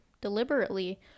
deliberately